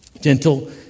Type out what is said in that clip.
Gentle